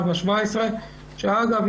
4/17. אגב,